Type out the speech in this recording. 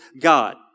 God